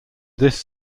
this